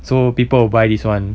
so people will buy this [one]